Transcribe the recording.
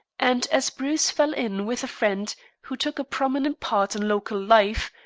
and, as bruce fell in with a friend who took a prominent part in local life,